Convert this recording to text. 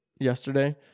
yesterday